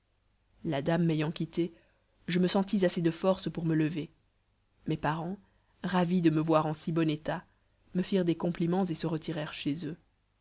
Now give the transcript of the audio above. la dame m'ayant quitté je me sentis assez de force pour me lever mes parents ravis de me voir en si bon état me firent des compliments et se retirèrent chez eux